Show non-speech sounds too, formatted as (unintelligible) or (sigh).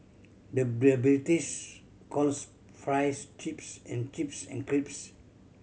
the (unintelligible) British calls fries chips and chips an (unintelligible)